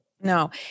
No